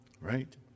right